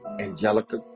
Angelica